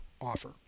offer